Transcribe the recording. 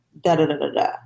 da-da-da-da-da